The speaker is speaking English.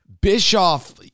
Bischoff